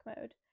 mode